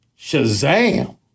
Shazam